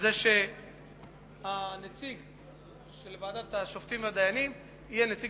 היא שהנציג בוועדת השופטים יהיה נציג